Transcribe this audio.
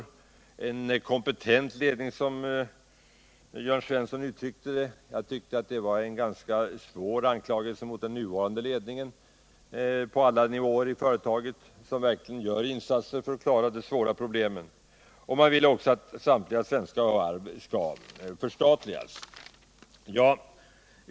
Jörn Svensson talar om behovet av en kompetent ledning — en enligt min mening svår anklagelse mot den nuvarande ledningen — på alla nivåer inom företaget, som verkligen gör insatser för att klara de allvarliga problemen. Man vill också att samtliga svenska varv skall förstatligas.